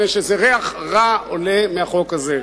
מפני שריח רע עולה מהחוק הזה.